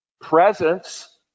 presence